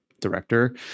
director